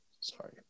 Sorry